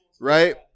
right